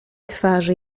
twarzy